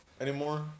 anymore